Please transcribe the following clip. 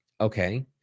Okay